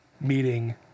meeting